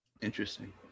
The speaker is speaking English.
Interesting